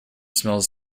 smells